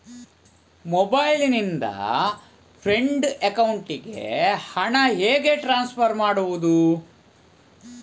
Mobile ನಿಂದ friend ಅಕೌಂಟಿಗೆ ಹಣ ಹೇಗೆ ಟ್ರಾನ್ಸ್ಫರ್ ಮಾಡುವುದು?